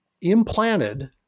implanted